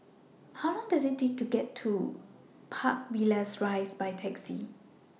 How Long Does IT Take to get to Park Villas Rise By Taxi